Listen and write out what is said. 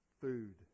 food